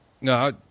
No